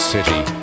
City